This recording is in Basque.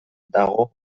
dago